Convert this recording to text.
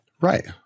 Right